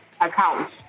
account